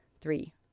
three